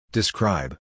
Describe